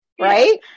right